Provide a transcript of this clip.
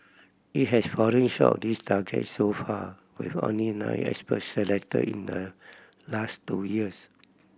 it has fallen short this target so far with only nine experts selected in the last two years